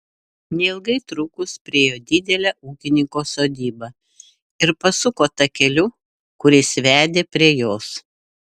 neilgai trukus priėjo didelę ūkininko sodybą ir pasuko takeliu kuris vedė prie jos